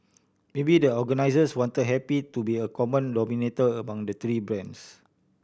maybe the organisers wanted happy to be a common denominator among the three bands